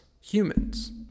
humans